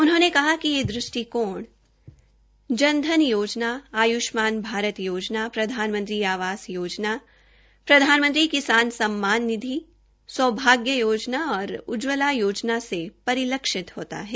उन्होंने कहा कि इस दृष्टिकोण जनधन योजना आय्ष्मान भारत योजना प्रधानमंत्री आवास योजना प्रधानमंत्री किसान सम्मान निधि सौभाग्य योजना और उज्जवला योजना से परिलक्षित होता है